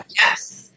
yes